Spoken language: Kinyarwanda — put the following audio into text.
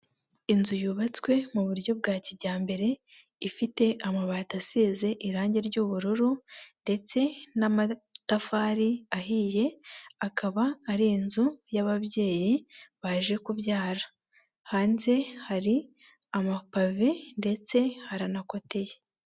Inzu yubatswe mu buryo bwa kijyambere ifite amabati asize irangi ry'ubururu ndetse n'amatafari ahiye, akaba ari inzu y'ababyeyi baje kubyara, hanze hari amapave ndetse haranakoteye.